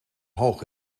hoog